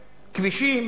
כבישים,